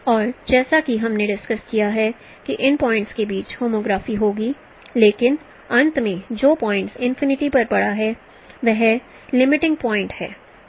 और जैसा कि हमने डिस्कस किया है कि इन पॉइंट्स के बीच होमोग्राफी होगी लेकिन अंत में जो पॉइंट इनफिनिटी पर पड़ा है वह लिमिटिंग पॉइंट है